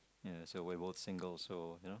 ya so we're both singles so you know